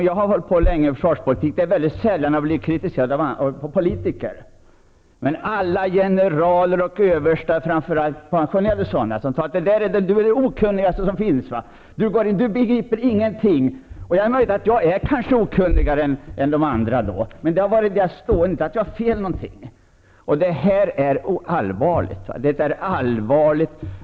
Jag har hållit på länge med försvarspolitik, men det är sällan som jag har blivit kritiserad av politiker. Men rader av generaler och överstar, framför allt pensionerade sådana, skriver att jag är det okunnigaste som finns och att jag inte begriper någonting. Det är möjligt att jag är okunnigare än andra.